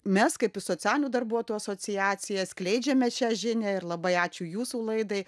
mes kaip socialinių darbuotojų asociacija skleidžiame šią žinią ir labai ačiū jūsų laidai